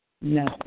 No